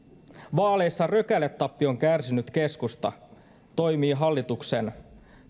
vaaleissa rökäletappion kärsinyt keskusta toimii hallituksen